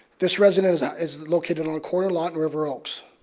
this resident is ah is located on a corner lot in river oaks.